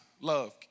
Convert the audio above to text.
love